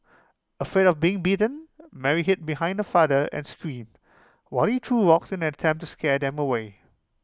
afraid of being bitten Mary hid behind her father and screamed while he threw rocks in an attempt to scare them away